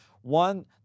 One